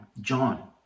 john